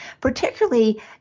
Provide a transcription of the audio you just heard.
particularly